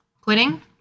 quitting